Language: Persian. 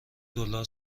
دلار